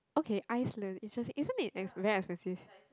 okay ice learning interesting isn't it expen~ very expensive